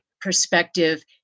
perspective